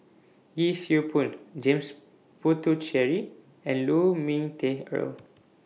Yee Siew Pun James Puthucheary and Lu Ming Teh Earl